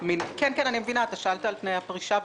אתה שאלת על תנאי הפרישה.